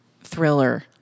Thriller